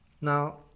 Now